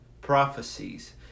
prophecies